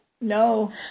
No